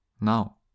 Now